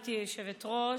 גברתי היושבת-ראש,